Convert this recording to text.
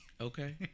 Okay